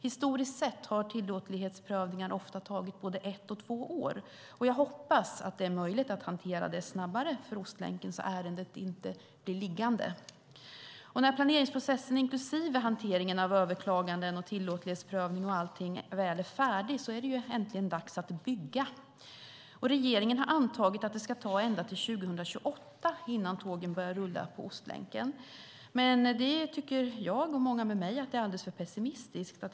Historiskt sett har tillåtlighetsprövningar ofta tagit både ett och två år, och jag hoppas att det är möjligt att hantera det snabbare för Ostlänken, så att ärendet inte blir liggande. När planeringsprocessen, inklusive hantering av överklaganden, tillåtlighetsprövning och allting, väl är färdig är det äntligen dags att bygga. Regeringen har antagit att det ska ta ända till 2028 innan tågen börjar rulla på Ostlänken. Men det tycker jag och många med mig är alldeles för pessimistiskt.